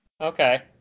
Okay